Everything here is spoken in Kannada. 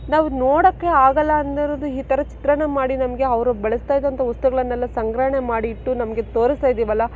ನಾವು ನೋಡಕ್ಕೆ ಆಗಲ್ಲ ಅಂದರದ್ದು ಈ ಥರ ಚಿತ್ರಣ ಮಾಡಿ ನಮಗೆ ಅವರು ಬಳಸ್ತಾ ಇದ್ದಂಥ ವಸ್ತುಗಳನ್ನೆಲ್ಲ ಸಂಗ್ರಹಣೆ ಮಾಡಿ ಇಟ್ಟು ನಮಗೆ ತೋರಿಸ್ತಾ ಇದ್ದೀವಲ್ಲ